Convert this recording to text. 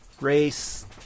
race